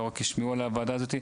לא רק לשמוע על הוועדה הזאת,